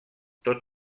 tot